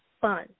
fun